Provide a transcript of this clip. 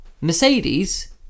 Mercedes